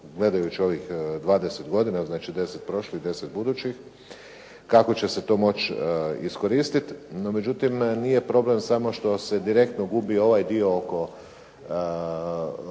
gledajući ovih 20 godina. Znači 10 prošlih i 10 budućih kako će se to moći iskoristiti. No međutim, nije problem samo što se direktno gubi ovaj dio oko